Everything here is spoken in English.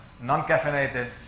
non-caffeinated